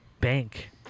bank